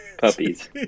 Puppies